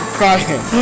crying